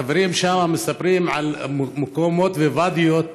החברים שם מספרים על מקומות וואדיות,